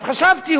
אז חשבתי,